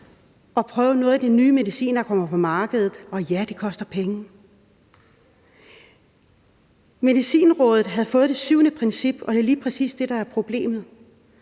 at prøve noget af det nye medicin, der kommer på markedet – og ja, det koster penge. Medicinrådet havde fået det syvende princip, og det er lige præcis det, der er problemet.